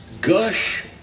gush